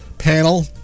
Panel